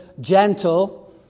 gentle